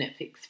Netflix